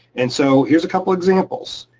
and so here's a couple of examples.